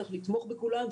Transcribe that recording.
צריך לתמוך בכולם,